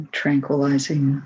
tranquilizing